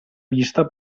vista